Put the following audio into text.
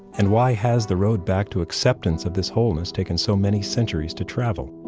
and why has the road back to acceptance of this wholeness taken so many centuries to travel?